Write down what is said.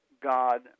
God